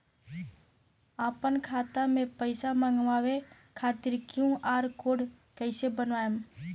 आपन खाता मे पैसा मँगबावे खातिर क्यू.आर कोड कैसे बनाएम?